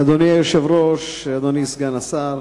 אדוני היושב-ראש, אדוני סגן השר,